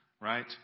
Right